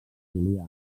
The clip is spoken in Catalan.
julià